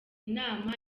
nama